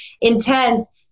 intense